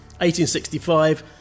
1865